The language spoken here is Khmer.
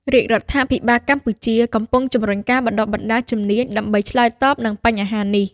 រាជរដ្ឋាភិបាលកម្ពុជាកំពុងជំរុញការបណ្ដុះបណ្ដាលជំនាញដើម្បីឆ្លើយតបនឹងបញ្ហានេះ។